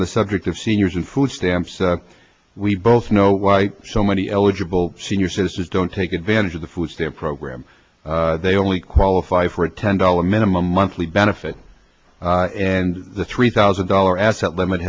on the subject of seniors and food stamps we both know why so many eligible senior citizens don't take advantage of the food stamp program they only qualify for a ten dollar minimum monthly benefit and the three thousand dollars asset limit